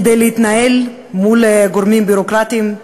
כדי להתנהל מול גורמים ביורוקרטיים,